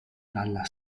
dalla